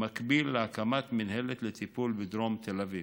במקביל להקמת מינהלת לטיפול בדרום תל אביב.